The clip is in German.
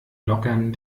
lockern